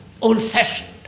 old-fashioned